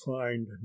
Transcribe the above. find